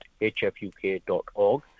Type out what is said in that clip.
hfuk.org